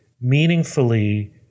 meaningfully